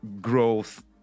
growth